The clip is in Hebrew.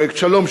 פרויקט שלום,